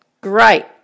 Great